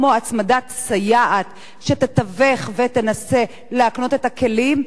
כמו הצמדת סייעת שתתווך ותנסה להקנות את הכלים.